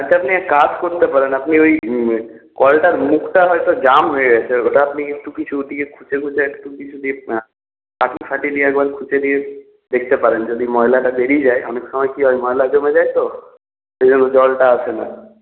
আচ্ছা আপনি এক কাজ করতে পারেন আপনি ঐ কলটার মুখটা হয়তো জাম হয়ে গেছে ওটা আপনি একটু কিছু দিয়ে খুচে খুচে একটু কিছু দিয়ে কাঠি ফাটি দিয়ে একবার খুচে দিয়ে দেখতে পারেন যদি ময়লাটা বেরিয়ে যায় অনেক সময় কি হয় ময়লা জমে যায় তো সেই জন্য জলটা আসে না